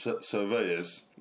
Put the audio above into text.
surveyors